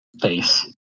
face